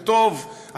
וטוב,